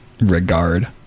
regard